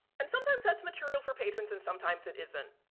and, sometimes that's material for patrons and sometimes it isn't.